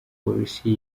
polisi